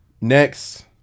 next